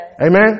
Amen